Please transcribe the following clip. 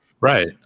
right